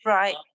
right